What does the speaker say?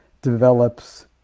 develops